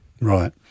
Right